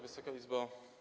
Wysoka Izbo!